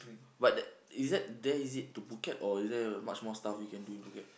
but that is that there is it to Phuket or is there much more stuff you can do in Phuket